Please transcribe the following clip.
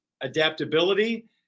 adaptability